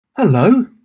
Hello